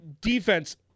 defense